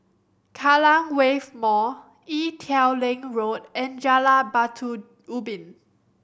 Kallang Wave Mall Ee Teow Leng Road and Jalan Batu Ubin